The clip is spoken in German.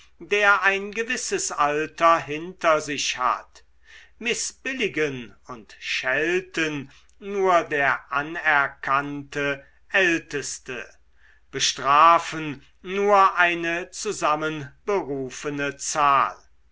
der ein gewisses alter hinter sich hat mißbilligen und schelten nur der anerkannte älteste bestrafen nur eine zusammenberufene zahl